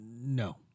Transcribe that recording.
no